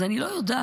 אז אני לא יודעת